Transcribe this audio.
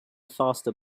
faster